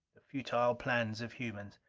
the futile plans of humans!